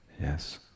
Yes